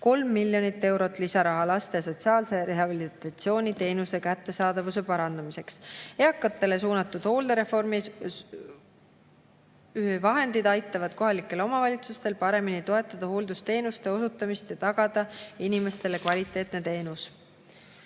3 miljonit eurot lisaraha laste sotsiaalse rehabilitatsiooni teenuse kättesaadavuse parandamiseks. Eakatele suunatud hooldereformi vahendid aitavad kohalikel omavalitsustel paremini toetada hooldusteenuste osutamist ja tagada inimestele kvaliteetne teenus.